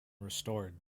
restored